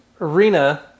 arena